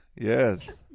Yes